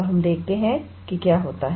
तो हम देखते हैं कि क्या होता है